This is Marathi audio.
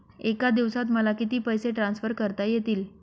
एका दिवसात मला किती पैसे ट्रान्सफर करता येतील?